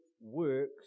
works